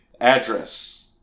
address